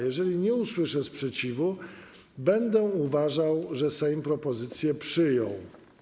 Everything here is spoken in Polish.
Jeżeli nie usłyszę sprzeciwu, będę uważał, że Sejm propozycję przyjął.